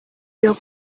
your